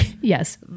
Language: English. yes